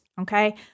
okay